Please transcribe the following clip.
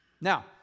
now